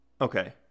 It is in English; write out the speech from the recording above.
Okay